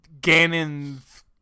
Ganon's